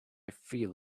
feel